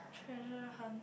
treasure hunt